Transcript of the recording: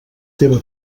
teva